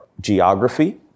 geography